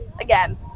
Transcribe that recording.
Again